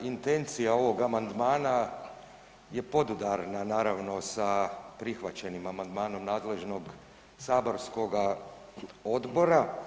Intencija ovog amandmana je podudarna naravno sa prihvaćenim amandmanom nadležnoga saborskoga odbora.